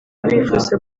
bifuza